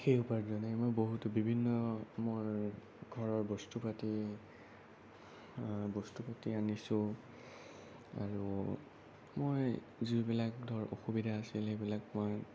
সেই উপাৰ্জনেৰে মই বহুতো বিভিন্ন মোৰ ঘৰৰ বস্তু পাতি বস্তু পাতি আনিছোঁ আৰু মই যিবিলাক ধৰ অসুবিধা আছিল সেইবিলাক মই